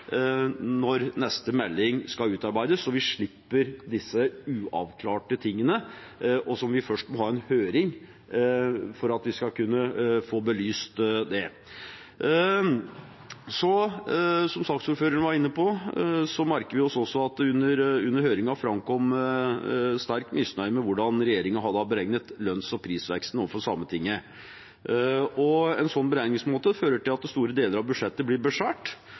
når neste melding skal utarbeides, slik at vi slipper disse uavklarte tingene, og at vi først må ha en høring for at vi skal kunne få belyst det. Som saksordføreren var inne på, merker vi oss også at det under høringen framkom sterk misnøye med hvordan regjeringen har beregnet lønns- og prisveksten overfor Sametinget. En slik beregningsmåte fører til at store deler av budsjettet blir